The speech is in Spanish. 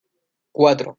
cuatro